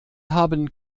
haben